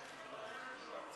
בבקשה.